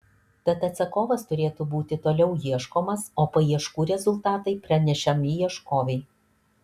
tad atsakovas turėtų būti toliau ieškomas o paieškų rezultatai pranešami ieškovei